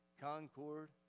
concord